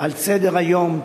על סדר-היום,